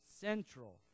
central